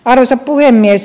arvoisa puhemies